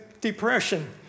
depression